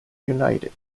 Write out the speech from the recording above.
united